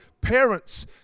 Parents